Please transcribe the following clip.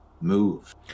move